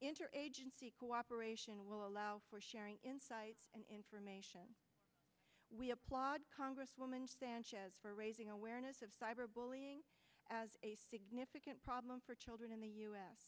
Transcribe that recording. interagency cooperation will allow for sharing inside information we applaud congresswoman sanchez for raising awareness of cyber bullying as a significant problem for children in the u